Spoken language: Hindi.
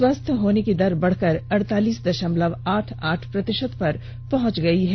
स्वस्थ होने की दर बढ़कर अड़तालीस दशमलव आठ आठ प्रतिशत पर पहुंच गई है